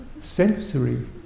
sensory